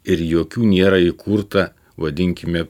ir jokių nėra įkurta vadinkime